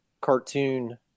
cartoon